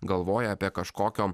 galvoja apie kažkokio